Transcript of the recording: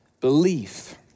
belief